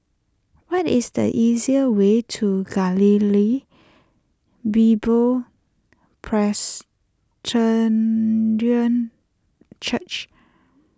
what is the easier way to Galilee Bible Presbyterian Church